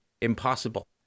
impossible